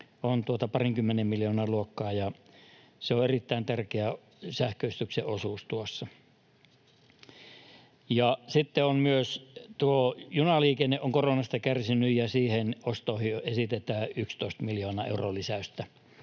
on parinkymmenen miljoonan luokkaa, ja se on erittäin tärkeä osuus sähköistää. Sitten on myös junaliikenne koronasta kärsinyt, ja siihen ostoihin esitetään 11 miljoonan euron lisäystä.